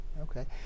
okay